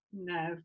No